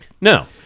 No